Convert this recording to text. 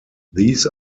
these